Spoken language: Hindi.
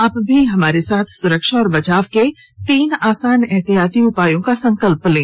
आप भी हमारे साथ सुरक्षा और बचाव के तीन आसान एहतियाती उपायों का संकल्प लें